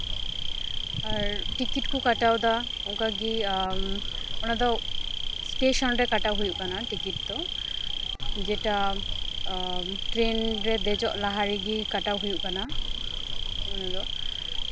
ᱟᱨ ticket ᱠᱚ ᱠᱟᱴᱟᱣᱫᱟ ᱚᱱᱠᱟᱜᱮ ᱚᱱᱟᱫᱚ ᱮᱥᱴᱮᱥᱚᱱ ᱨᱮ ᱠᱟᱴᱟᱣ ᱦᱩᱭᱩᱜ ᱠᱟᱱᱟ ᱴᱤᱠᱤᱴ ᱫᱚ ᱡᱮᱴᱟ ᱴᱨᱮ ᱱ ᱨᱮ ᱫᱮᱡᱚᱜ ᱞᱟᱦᱟ ᱨᱮᱜᱮ ᱠᱟᱴᱟᱣ ᱦᱩᱭᱩᱜ ᱠᱟᱱᱟ ᱚᱱᱟᱫᱚ